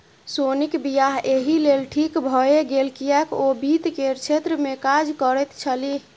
सोनीक वियाह एहि लेल ठीक भए गेल किएक ओ वित्त केर क्षेत्रमे काज करैत छलीह